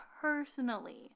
personally